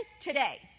today